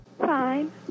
Fine